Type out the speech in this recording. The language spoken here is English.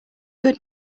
good